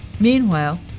Meanwhile